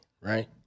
right